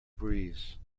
breeze